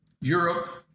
Europe